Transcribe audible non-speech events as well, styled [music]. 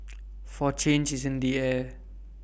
[noise] for change is in the air